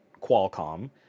Qualcomm